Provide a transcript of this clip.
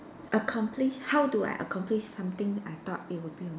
accomplish how do I accomplish something I thought it would be